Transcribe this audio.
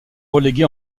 relégué